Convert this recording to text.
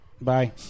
Bye